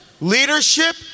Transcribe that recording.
leadership